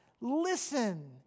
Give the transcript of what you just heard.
Listen